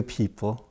people